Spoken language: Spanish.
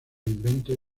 inventos